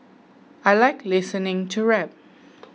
I like listening to rap